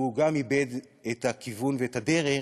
שהוא גם איבד את הכיוון ואת הדרך,